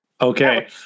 Okay